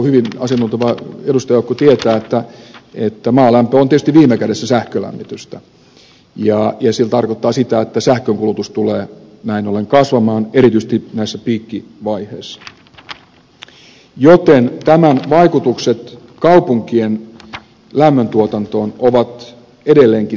täällä oleva asiantunteva edustajajoukko tietää että maalämpö on tietysti viime kädessä sähkölämmitystä ja sehän tarkoittaa sitä että sähkönkulutus tulee näin ollen kasvamaan erityisesti näissä piikkivaiheissa joten tämän vaikutukset kaupunkien lämmöntuotantoon ovat edelleenkin selvittämättä